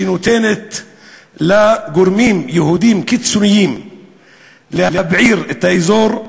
שנותנת לגורמים יהודיים קיצוניים להבעיר את האזור,